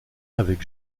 avec